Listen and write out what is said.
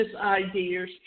ideas